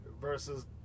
versus